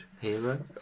Hero